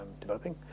developing